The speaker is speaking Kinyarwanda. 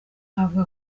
avuga